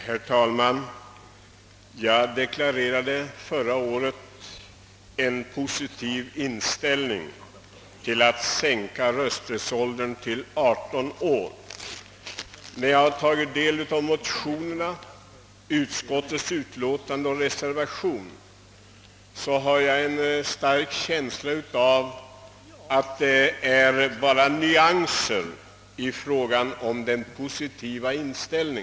Herr talman! Förra året deklarerade jag min positiva inställning till förslaget att sänka rösträttsåldern till 18 år, och när jag nu har tagit del av motionerna, utskottets utlåtande och reservationen har jag en stark känsla av att alla är positivt inställda. Det är bara nyanser som skiljer.